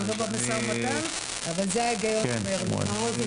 אני לא במשא ומתן אבל זה ההגיון שלי.